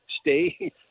stay